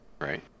Right